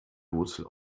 wurzel